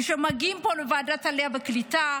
כשמגיעים לפה לוועדת העלייה והקליטה,